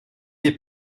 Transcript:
les